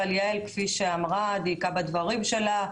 אבל יעל דייקה בדברים שלה.